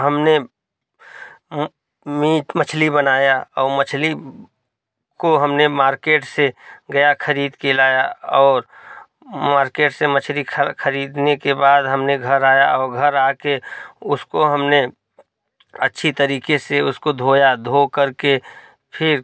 हमने मीट मछली बनाया और मछली को हमने मार्केट से गया खरीद कर लाया और मार्केट से मछ्ली खरीदने के बाद हमने घर आया और घर आ कर उसको हमने अच्छी तरीके से उसको धोया धोकर के फिर